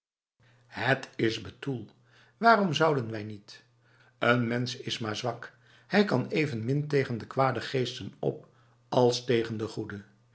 het is betoel waarom zouden wij niet een mens is maar zwak hij kan evenmin tegen de kwade geesten op als tegen de goede